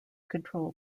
control